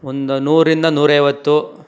ಒಂದು ನೂರರಿಂದ ನೂರೈವತ್ತು